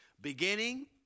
Beginning